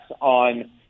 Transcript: on